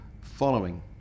following